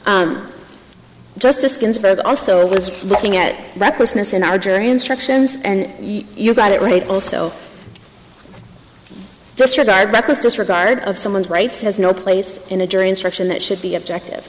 ginsburg also looking at recklessness in our jury instructions and you got it right also in this regard reckless disregard of someone's rights has no place in a jury instruction that should be objective